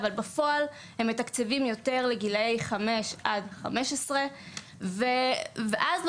אבל בפועל הם מתקצבים יותר לגילאי 15-5. ואז,